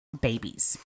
babies